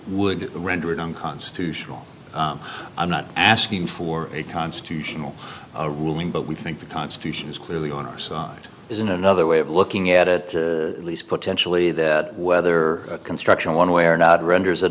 would render it unconstitutional i'm not asking for a constitutional ruling but we think the constitution is clearly on our side is in another way of looking at it at least potentially that whether construction one way or not